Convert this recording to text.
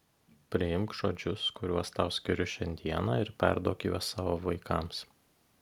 priimk žodžius kuriuos tau skiriu šiandieną ir perduok juos savo vaikams